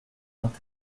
vingt